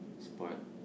spoilt